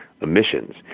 emissions